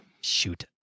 Shoot